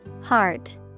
Heart